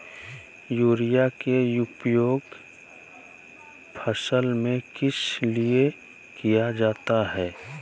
Urea के उपयोग फसल में किस लिए किया जाता है?